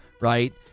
right